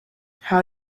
how